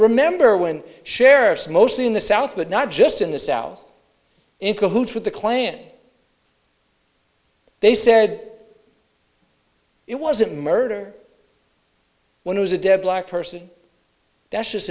remember when sheriff's mostly in the south but not just in the south in cahoots with the klan they said it wasn't murder one was a dead black person that's just